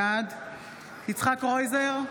בעד יצחק קרויזר,